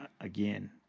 again